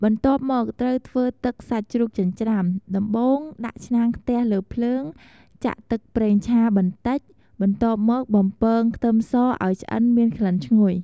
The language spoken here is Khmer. បន្ទាប់មក ត្រូវធ្វើទឹកសាច់ជ្រូកចិញ្ច្រាំ ដំបូងដាក់ឆ្នាំងខ្ទះលើភ្លើង ចាក់ទឹកប្រេងឆាបន្តិច បន្ទាប់មកបំពងខ្ទឹមសឲ្យឆ្អិនមានក្លិនឈ្ងុយ។